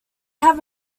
have